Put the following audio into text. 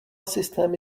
systémy